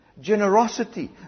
generosity